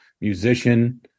musician